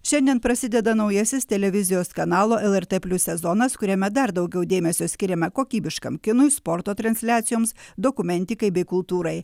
šiandien prasideda naujasis televizijos kanalo lrt plius sezonas kuriame dar daugiau dėmesio skiriama kokybiškam kinui sporto transliacijoms dokumentikai bei kultūrai